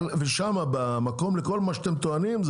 ושמה במקום לכל מה שאתם טוענים,